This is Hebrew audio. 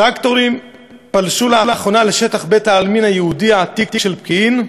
טרקטורים פלשו לאחרונה לשטח בית-העלמין היהודי העתיק של פקיעין".